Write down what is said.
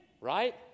right